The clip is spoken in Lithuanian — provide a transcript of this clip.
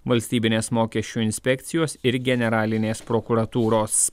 valstybinės mokesčių inspekcijos ir generalinės prokuratūros